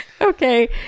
Okay